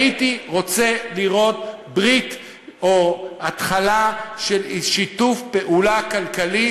הייתי רוצה לראות ברית או התחלה של שיתוף פעולה כלכלי,